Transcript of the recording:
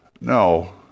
No